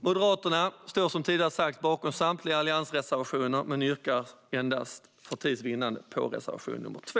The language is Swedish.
Moderaterna står som tidigare sagts bakom samtliga alliansreservationer, men jag yrkar för tids vinnande bifall endast till reservation nr 2.